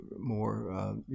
more